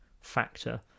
factor